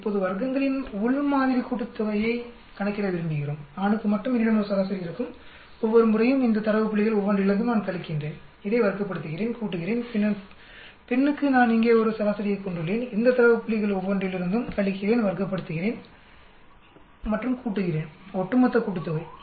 இப்போது வர்க்கங்களின் உள் மாதிரி கூட்டுத்தொகையை கணக்கிட விரும்புகிறோம் ஆணுக்கு மட்டும் என்னிடம் ஒரு சராசரி இருக்கும் ஒவ்வொறு முறையும் இந்த தரவு புள்ளிகள் ஒவ்வொன்றிலிருந்தும் நான் கழிக்கிறேன் அதை வர்க்கப்படுத்துகிறேன் கூட்டுகிறேன் பின்னர் பெண்ணுக்கு நான் இங்கே ஒரு சராசரியைக் கொண்டுள்ளேன் இந்த தரவு புள்ளிகள் ஒவ்வொன்றிலிருந்தும் கழிக்கிறேன் வர்க்கப்படுத்துகிறேன் மற்றும் கூட்டுகிறேன் ஒட்டுமொத்த கூட்டுத்தொகை